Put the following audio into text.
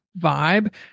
vibe